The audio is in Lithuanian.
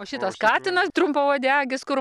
o šitas katinas trumpauodegis kur